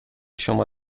شما